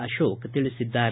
ಅಶೋಕ ತಿಳಿಸಿದ್ದಾರೆ